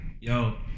Yo